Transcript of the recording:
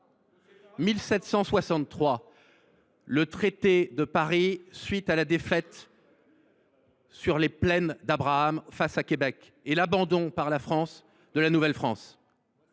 1763, le traité de Paris après la défaite des plaines d’Abraham à Québec et l’abandon par la France de la Nouvelle France;